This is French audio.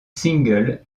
singles